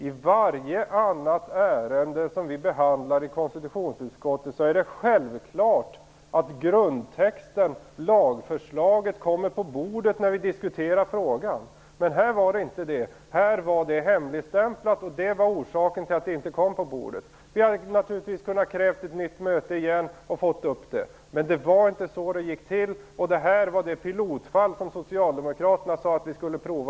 I varje annat ärende som vi behandlar i konstitutionsutskottet är det självklart att grundtexten, lagförslaget, kommer på bordet när vi diskuterar frågan. Men här var det inte så. Här var det hemligstämplat, och det var orsaken till att det inte kom på bordet. Vi hade naturligtvis kunnat kräva ett nytt möte igen och fått upp det, men det var inte så det gick till. Det här var det pilotfall som socialdemokraterna sade att vi skulle prova.